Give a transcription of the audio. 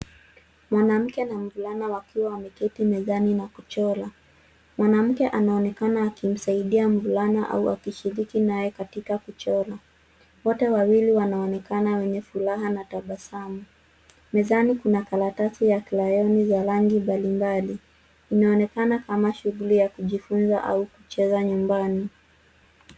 Mwanamke na mvulana wakiwa wameketi mezani na kuchora. Mwanamke anaonekana akimsaidia mvulana au akishiriki na yeye katika kuchora. Wote wawili wanaonekana wenye furaha na tabasamu. Mezani kuna karatasi ya (cs)crayon(cs) za rangi mbalimbali. Inaonekana kama shughuli ya kujifunza au kucheza nyumbani.